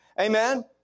Amen